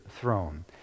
throne